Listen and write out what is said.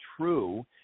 true